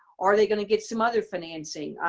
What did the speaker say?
are they going to get some other financing?